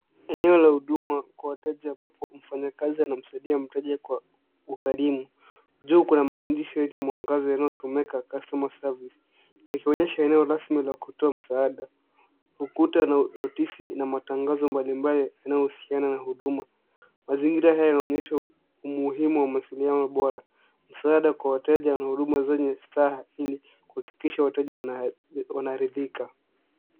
Eneo la huduma kwa wateja ambapo mfanyakazi anamsaidia mteja kwa ukarimu. Juu kuna maandishi yenye mwangaza yanao someka customer service , yakionyesha eneo rasmi la kutoa msaada. Ukuta una notisi ya matangazo mbalimbali yanao husiana na huduma. Mazingira haya yanaonyesha umuhimu wa masiliano bora. Msaada kwa wateja na huduma zenye staha ili kuhakikisha wateja wanaridhika.